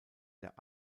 der